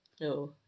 No